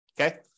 Okay